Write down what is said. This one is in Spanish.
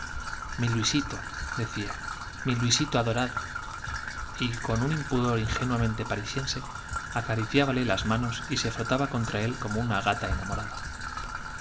mi luisito decía mi luisito adorado y acariciábale con un impudor ingenuamente parisiense y sé las manos frotaba contra él como una gata ena